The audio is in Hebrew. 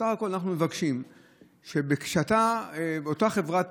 בסך הכול אנחנו מבקשים שכשאותה חברת